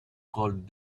called